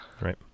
right